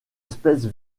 espèce